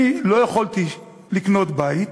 אני לא יכולתי לקנות בית